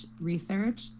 research